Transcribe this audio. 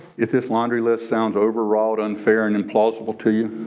if this laundry list sounds overwrought, unfair and implausible to you,